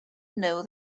know